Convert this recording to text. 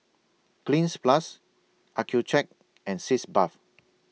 Cleanz Plus Accucheck and Sitz Bath